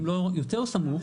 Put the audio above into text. אם לא יותר סמוך,